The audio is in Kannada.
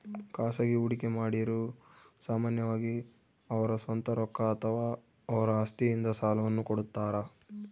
ಖಾಸಗಿ ಹೂಡಿಕೆಮಾಡಿರು ಸಾಮಾನ್ಯವಾಗಿ ಅವರ ಸ್ವಂತ ರೊಕ್ಕ ಅಥವಾ ಅವರ ಆಸ್ತಿಯಿಂದ ಸಾಲವನ್ನು ಕೊಡುತ್ತಾರ